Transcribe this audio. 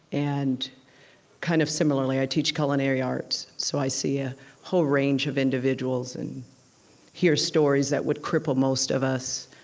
and kind of similarly, i teach culinary arts, so i see a whole range of individuals and hear stories that would cripple most of us,